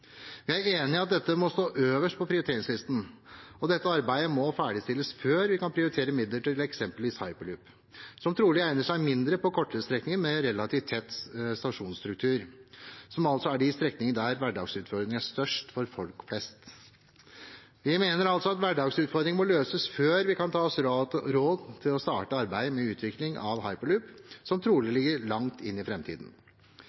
Vi er enig i at dette må stå øverst på prioriteringslisten, og dette arbeidet må ferdigstilles før vi kan prioritere midler til eksempelvis hyperloop, som trolig egner seg mindre på kortere strekninger med relativt tett stasjonsstruktur, som altså er de strekningene der hverdagsutfordringene er størst for folk flest. Vi mener altså at hverdagsutfordringene må løses før vi kan ta oss råd til å starte arbeidet med utvikling av hyperloop, som trolig